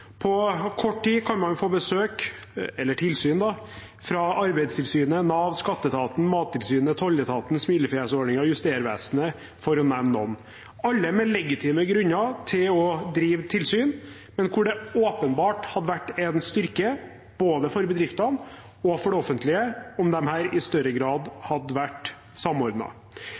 På kort tid kan man få besøk, eller tilsyn, fra Arbeidstilsynet, Nav, skatteetaten, Mattilsynet, tolletaten, smilefjesordningen og Justervesenet, for å nevne noen – alle med legitime grunner til å drive tilsyn, men hvor det åpenbart hadde vært en styrke både for bedriftene og for det offentlige om disse i større grad hadde vært